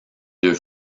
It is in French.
deux